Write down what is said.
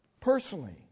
personally